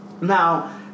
Now